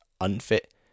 unfit